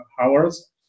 hours